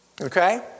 Okay